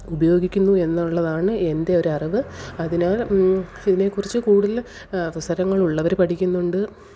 ഉപയോഗിക്കുന്നു എന്നുള്ളതാണ് എന്റെ ഒരറിവ് അതിനാല് ഇതിനെ കുറിച്ച് കൂടുതൽ അവസരങ്ങൾ ഉള്ളവർ പഠിക്കുന്നുണ്ട്